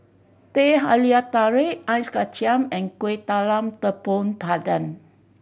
Teh Halia Tarik Ice Kachang and Kuih Talam Tepong Pandan